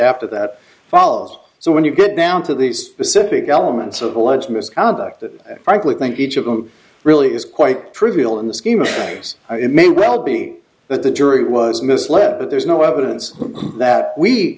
after that follows so when you get down to the specific elements of alleged misconduct that frankly think each of them really is quite trivial in the scheme of yours it may well be that the jury was misled but there's no evidence that we